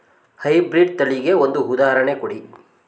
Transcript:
High breed ತಳಿಗೆ ಒಂದು ಉದಾಹರಣೆ ಕೊಡಿ?